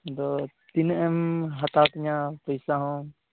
ᱟᱫᱚ ᱛᱤᱱᱟᱹᱜ ᱮᱢ ᱦᱟᱛᱟᱣ ᱛᱤᱧᱟ ᱯᱚᱭᱥᱟ ᱦᱚᱸ